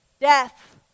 Death